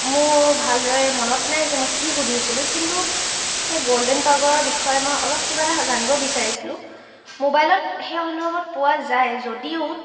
মোৰ ভালদৰে মনত নাই যে মই কি সুধিছিলো কিন্তু সেই গল্ডেন পেগোডাৰ বিষয়ে মই অলপ কিবা এটা জানিব বিচাৰিছিলো মোবাইলত সেই সন্দৰ্ভত পোৱা যায় যদিও